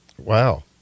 Wow